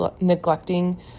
neglecting